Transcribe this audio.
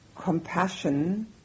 compassion